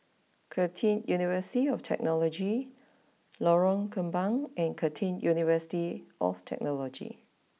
Curtin University of Technology Lorong Kembang and Curtin University of Technology